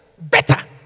Better